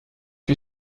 you